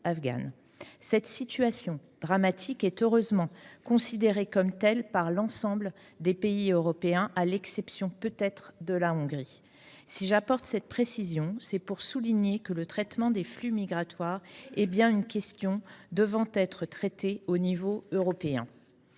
Cette situation dramatique est heureusement considérée comme telle par l’ensemble des pays européens, à l’exception peut être de la Hongrie. Cette précision vise à souligner que le traitement des flux migratoires est bien une question qui doit être traitée à l’échelle européenne.